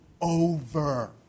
over